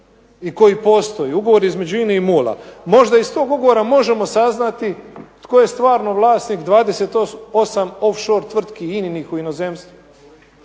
i koji postoji ugovor između INA-e i MOL-a. možda iz tog ugovora možemo saznati tko je stvarni vlasnik 28 off shor tvrtki INA-nih u inozemstvu